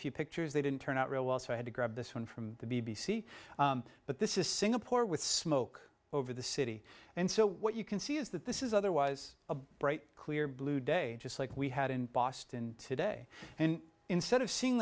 few pictures they didn't turn out real well so i had to grab this one from the b b c but this is singapore with smoke over the city and so what you can see is that this is otherwise a bright clear blue day just like we had in boston today and instead of seeing